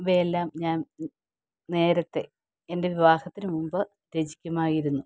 ഇവയെല്ലാം ഞാൻ നേരത്തെ എൻ്റെ വിവാഹത്തിന് മുമ്പ് രചിക്കുമായിരുന്നു